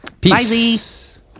Peace